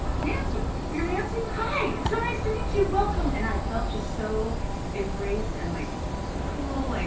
nancy! you're nancy? hi! it's so nice to meet you! welcome! and i felt just so embraced and like cool, like,